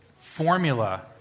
formula